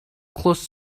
closed